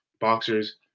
boxers